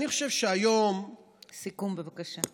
אני חושב שהיום, סיכום, בבקשה.